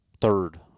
third